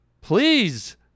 Please